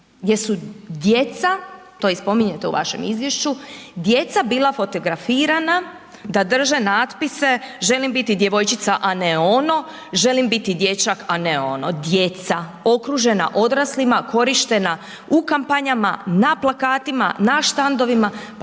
gdje su djeca, to i spominjete u vašem izvješću djeca bila fotografirana da drže natpise želim biti djevojčica a ne ono, želim biti dječak a ne ono, djeca, okružena odraslima, korištena u kampanjama, na plakatima, na štandovima, pa